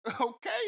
okay